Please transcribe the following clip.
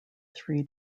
three